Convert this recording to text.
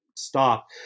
stop